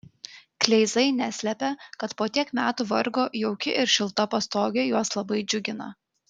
kleizai neslepia kad po tiek metų vargo jauki ir šilta pastogė juos labai džiugina